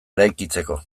eraikitzeko